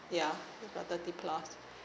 ya about thirty plus